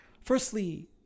Firstly